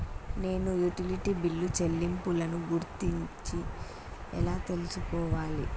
నేను utility bill చెల్లింపులను గురించి ఎలా తెలుసుకోవాలి?